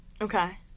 Okay